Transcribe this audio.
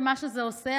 ובמה שזה עושה,